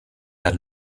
had